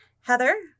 Heather